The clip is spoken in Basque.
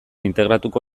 integratuko